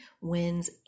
Wins